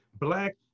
Black